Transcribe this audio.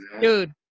Dude